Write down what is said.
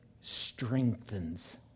Strengthens